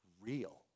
real